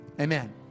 Amen